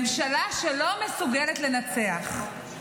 ממשלה שלא מסוגלת לנצח,